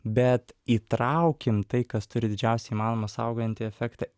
bet įtraukim tai kas turi didžiausią įmanomą saugojantį efektą